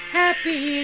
happy